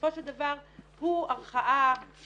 שבסופו של דבר הוא ערכאה שיפוטית,